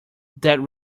that